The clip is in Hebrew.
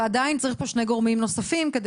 ועדיין צריך פה שני גורמים נוספים כדי